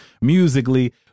musically